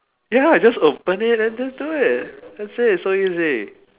ya lah I just open it and then do it that's it it's so easy